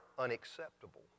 unacceptable